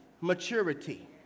maturity